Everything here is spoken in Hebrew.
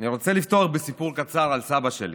אני רוצה לפתוח בסיפור קצר על סבא שלי.